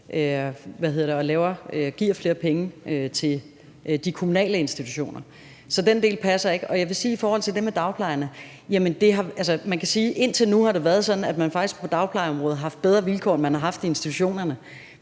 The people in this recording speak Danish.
og giver flere penge til de kommunale institutioner. Så den del passer ikke. I forhold til det med dagplejen kan man sige, at indtil nu har det været sådan, at man faktisk på dagplejeområdet har haft bedre vilkår, end man har haft i institutionerne,